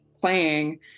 playing